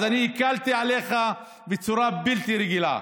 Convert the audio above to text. אז אני הקלתי עליך בצורה בלתי רגילה,